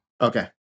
Okay